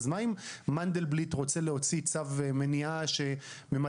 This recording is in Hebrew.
אז מה אם מנדלבליט רוצה להוציא צו מניעה שממלא